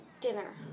dinner